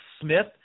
smith